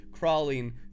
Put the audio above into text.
crawling